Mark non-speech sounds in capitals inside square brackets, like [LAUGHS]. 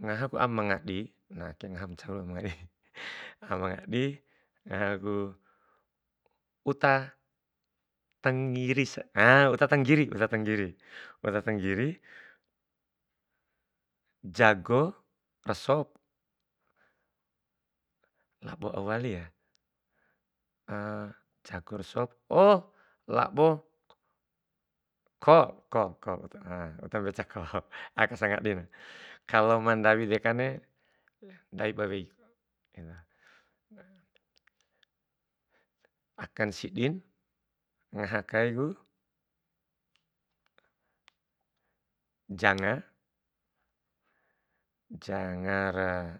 Ngahaku ama ngadi [UNINTELLIGIBLE] ngaha ncau ama ngadi [LAUGHS] amangadi ngahaku uta tangiris ah uta tanggiri, uta tanggiri, uta tanggiri, jago ra sop, labo au wali ya [HESITATION] jago ra sop oh labo ko ko [HESITATION] uta mbeca ko aka sangadina, kalo mandawi dekare, ndawi ba wei. Akan sidin ngaha kaiku janga, janga ra-